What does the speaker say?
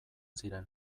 ziren